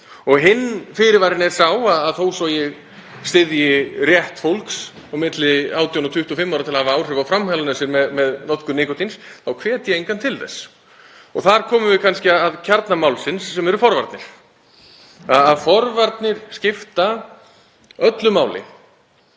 Hinn fyrirvarinn er sá að þó svo að ég styðji rétt fólks á milli 18 og 25 ára til að hafa áhrif á framheilann í sér með notkun nikótíns þá hvet ég engan til þess. Þar komum við kannski að kjarna málsins sem eru forvarnir. Forvarnir skipta öllu máli